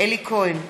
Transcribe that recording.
אלי כהן,